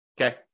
Okay